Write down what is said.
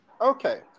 Okay